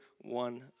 one